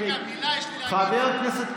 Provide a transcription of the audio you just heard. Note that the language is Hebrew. חבר הכנסת קרעי,